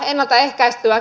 kysyisin